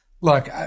look